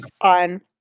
on